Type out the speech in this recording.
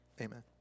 Amen